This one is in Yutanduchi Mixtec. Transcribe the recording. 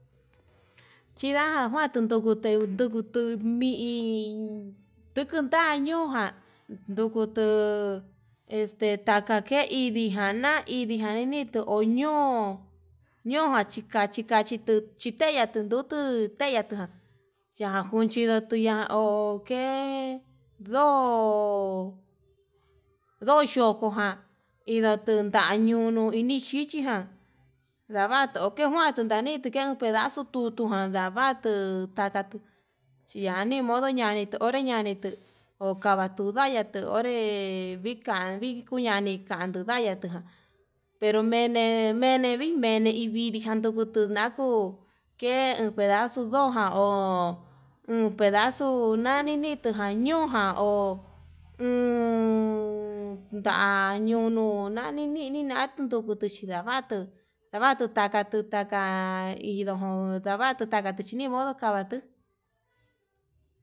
Chidajuandu ndukute ndukutu miin ndukutan ñuján, ndukutu este taka ke idijan na'a inijan onetuu ñojan chikachi kachitu teyan tundutu, teyatu ndajan kuchi ndo'o tuya'a ho ke'e ndo noyokoján inda tuu ndan nduñuu ini, xhichiján ndavtu kuu njuanduu ndani tiken pedazo tuu, tujan ndavatu takatu chi n nimodo ñani onré ñanitu ho kava tundai ndaytuu onré vika vikuñani ka'a kan ya kan, pero mene mene vii mene vidii jan kunduu tunaku ke uu pedazo ndojan ndojan ho uun pedaxu uu nnini tuja ño'o jan ho ummm ndañono nani nini na'a tundukutu xhi ndavatu, ndavatu takatu ta hido ndavatu takatu chinimodo kavatuu.